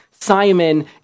Simon